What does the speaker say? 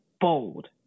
bold